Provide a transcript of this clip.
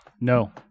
No